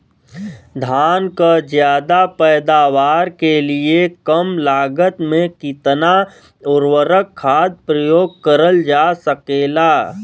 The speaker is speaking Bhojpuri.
धान क ज्यादा पैदावार के लिए कम लागत में कितना उर्वरक खाद प्रयोग करल जा सकेला?